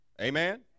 amen